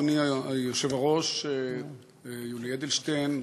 אדוני היושב-ראש יולי אדלשטיין,